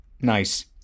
nice